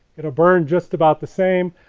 it'll burn just about the same.